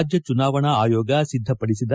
ರಾಜ್ಯ ಚುನಾವಣಾ ಆಯೋಗ ಸಿದ್ಧಪಡಿಸಿದ